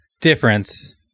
difference